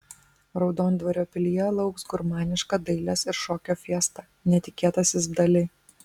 raudondvario pilyje lauks gurmaniška dailės ir šokio fiesta netikėtasis dali